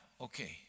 okay